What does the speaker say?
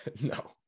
no